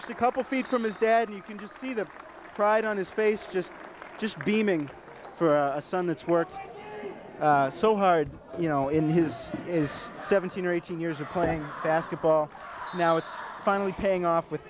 just a couple feet from his dad and you can just see the pride on his face just just beaming for a son that's worked so hard you know in his is seventeen or eighteen years of playing basketball now it's finally paying off